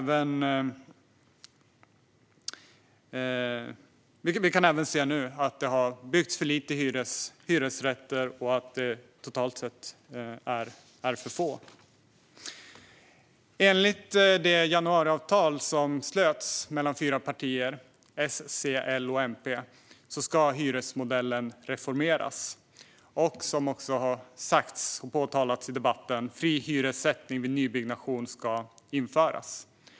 Vi kan även se att det har byggts för lite hyresrätter och att det totalt sett är för få. Enligt det januariavtal som slöts mellan fyra partier - S, C, L och MP - ska hyresmodellen reformeras. Som har sagts i debatten ska fri hyressättning vid nybyggnation införas.